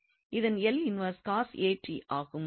இதன் இன்வெர்ஸ் இதுவே ஆகும்